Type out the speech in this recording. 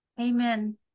Amen